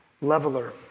leveler